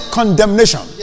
condemnation